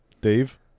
Dave